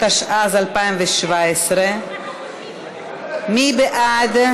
התשע"ז 2017. מי בעד?